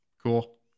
cool